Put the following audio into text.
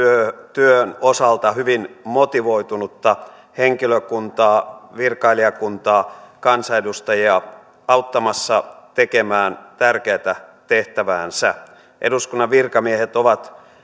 työn osalta hyvin motivoitunutta henkilökuntaa virkailijakuntaa kansanedustajia auttamassa tekemään tärkeätä tehtäväänsä eduskunnan virkamiehet